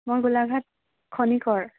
মই গোলাঘাট খনিকৰ